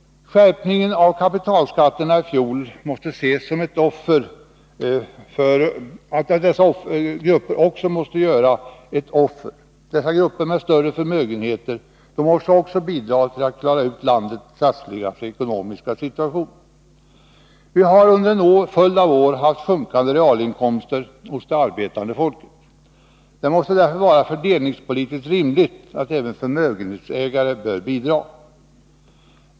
Skärpningen av kapitalskatterna i fjol måste ses som en åtgärd i syfte att också grupper med större förmögenheter måste bidra till att klara ut landets trassliga ekonomiska situation. Vi har under en följd av år haft sjunkande realinkomster hos det arbetande folket. Det måste därför vara fördelningspolitiskt rimligt att även förmögenhetsägare får bidra.